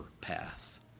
path